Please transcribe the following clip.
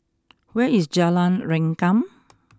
where is Jalan Rengkam